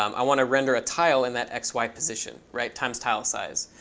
um i want to render a tile in that x, y position, right, times tile size.